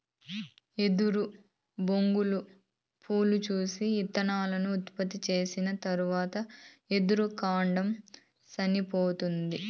ఎదురు బొంగులు పూలు పూసి, ఇత్తనాలను ఉత్పత్తి చేసిన తరవాత ఎదురు కాండం సనిపోతాది